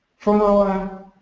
from our